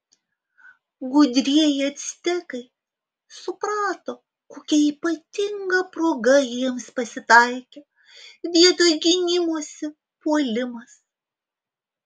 gudrieji actekai suprato kokia ypatinga proga jiems pasitaikė vietoj gynimosi puolimas